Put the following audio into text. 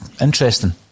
Interesting